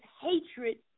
hatred